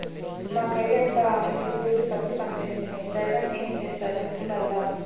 మాకయ్యంతా ఈ తూరి పత్తి పంటేస్తిమి, దైవం ఏం చేస్తాడో సూడాల్ల